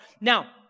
Now